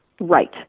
right